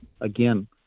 again